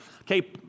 Okay